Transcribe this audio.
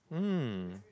hmm